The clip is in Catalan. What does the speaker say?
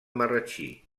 marratxí